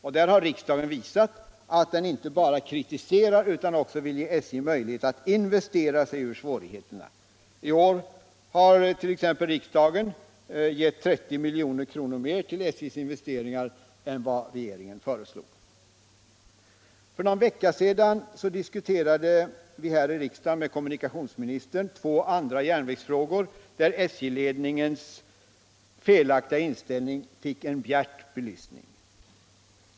och där har riksdagen visat att den inte bara kritiserar utan också vill ge SJ möjligheter att investera sig ur svårigheterna. I år har riksdagen 1. ex. beviljat 30 rnilj. kr. mer till SJ:s investeringar än vad regeringen föreslog. För någon vecka sedan diskuterade vi här i riksdagen med kommunikationsministern två andra järnvägsfrågor, där SJ-ledningens felaktiga in ställning fick en bjärt belysning.